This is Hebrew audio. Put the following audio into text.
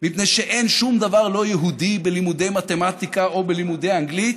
מפני שאין שום דבר לא יהודי בלימודי מתמטיקה או בלימודי אנגלית,